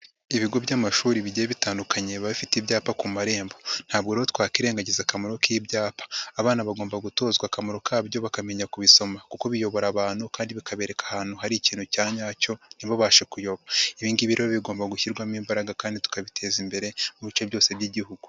Ibigo by'amashuri bigiye bitandukanye biba bifite ibyapa ku marembo ntabwo rero twakirengagiza akamaro k'ibyapa, abana bagomba gutozwa akamaro kabyo bakamenya kubisoma kuko biyobora abantu kandi bikabereka ahantu hari ikintu cya nyacyo ntibabashe kuyoba. Ibi ngibi rero bigomba gushyirwamo imbaraga kandi tukabiteza imbere mu bice byose by'Igihugu.